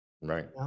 Right